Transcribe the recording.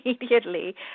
immediately